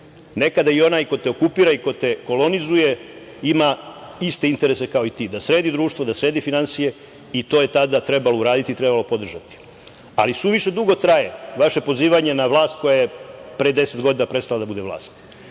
nekada i onaj ko te okupira i ko te kolonizuje ima iste interese kao i ti, da sredi društvo, da sredi finansije i to je tada trebalo uraditi, trebalo podržati. Ali, suviše drugo traje vaše pozivanje na vlast koje pre 10 godina prestalo da bude vlast,